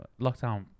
lockdown